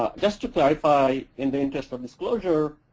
just to clarify in the interest of disclosure,